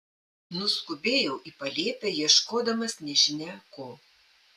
nuskubėjau į palėpę ieškodamas nežinia ko